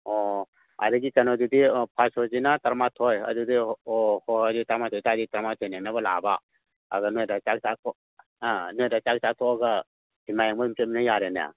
ꯑꯣ ꯑꯗꯒꯤ ꯀꯩꯅꯣꯗꯨꯗꯤ ꯐꯥꯔꯁ ꯁꯣꯁꯤꯅ ꯇꯔꯥꯃꯥꯊꯣꯏ ꯑꯗꯨꯗꯤ ꯑꯣ ꯍꯣꯏ ꯍꯣꯏ ꯑꯗꯨ ꯇꯔꯥꯃꯥꯊꯣꯏ ꯑꯣꯏ ꯇꯥꯔꯗꯤ ꯇꯔꯥꯃꯥꯊꯣꯏ ꯅꯪꯅꯕ ꯂꯥꯛꯑꯕ ꯑꯗꯣ ꯅꯣꯏꯗ ꯑ ꯅꯣꯏꯗ ꯆꯥꯛ ꯆꯥꯊꯣꯛꯑꯒ ꯁꯤꯅꯦꯃꯥ ꯌꯦꯡꯕ ꯑꯗꯨꯝ ꯆꯠꯃꯤꯟꯅ ꯌꯥꯔꯦꯅꯦ